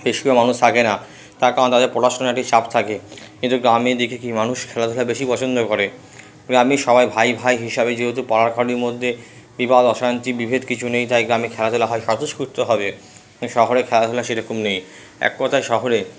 বেশিরভাগ মানুষ থাকে না তার কারণ তাদের পড়াশোনার চাপ থাকে কিন্তু গ্রামে দেখি কি মানুষ খেলাধুলা বেশি পছন্দ করে গ্রামে সবাই ভাই ভাই হিসাবে যেহেতু পাড়াখানির মধ্যে বিবাদ অশান্তি বিভেদ কিছু নেই তাই গ্রামে খেলাধুলা হয় স্বতঃস্ফূর্তভাবে শহরে খেলাধুলা সেই রকম নেই এক কথায় শহরে